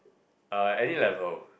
uh any level